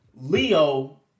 Leo